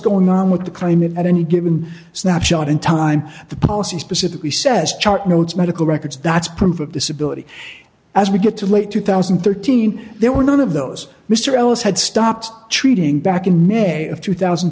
going on with the climate at any given snapshot in time the policy specifically says chart notes medical records that's proof of disability as we get to late two thousand and thirteen there were none of those mr ellis had stopped treating back in may of two thousand